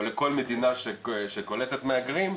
או לכל מדינה שקולטת מהגרים,